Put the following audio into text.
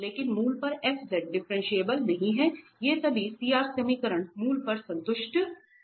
इसलिए मूल पर f डिफरेंशिएबल नहीं है वे सभी CR समीकरण मूल पर संतुष्ट हैं